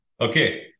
okay